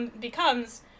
becomes